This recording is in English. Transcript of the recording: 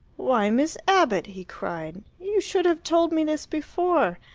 why, miss abbott, he cried, you should have told me this before!